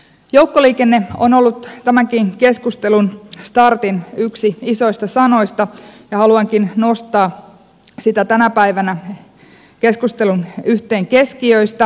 joukkoliikenne on ollut tämänkin keskustelun startin yksi isoista sanoista ja haluankin nostaa sitä tänä päivänä yhteen keskustelun keskiöistä